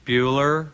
Bueller